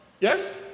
Yes